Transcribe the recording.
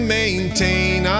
maintain